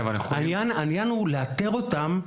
העניין הוא לאתר אותם.